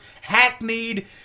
hackneyed